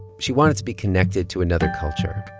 she wanted to be connected to another culture.